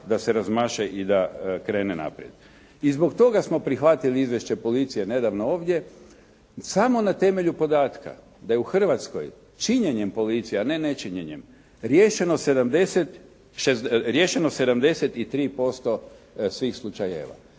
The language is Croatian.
da se razmaše i da krene naprijed. I zbog toga smo prihvatili izvješće policije nedavno ovdje samo na temelju podatka da je u Hrvatskoj činjenjem policije, a ne nečinjenjem riješeno 73% svih slučajeva